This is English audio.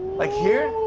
like here?